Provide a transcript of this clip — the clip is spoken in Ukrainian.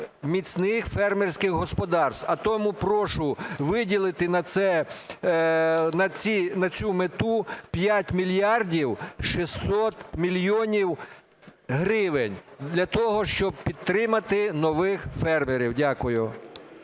міцних фермерських господарств. А тому прошу виділити на цю мету 5 мільярдів 600 мільйонів гривень для того, щоб підтримати нових фермерів. Дякую.